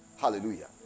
Hallelujah